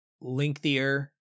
lengthier